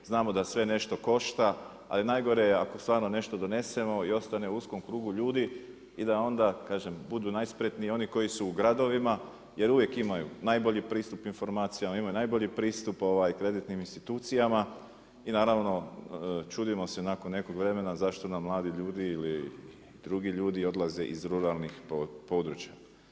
Znamo da sve nešto košta, ali najgore je ako stvarno nešto donesemo i ostane u uskom krugu ljudi i da onda kažem vudu najspretniji oni koji su u gradovima jer uvijek imaju najbolji pristup informacijama, imaju najbolji pristup kreditnim institucijama i naravno čudimo se nakon nekog vremena zašto nam mladi ljudi ili drugi ljudi odlaze iz ruralnih područja.